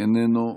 איננו,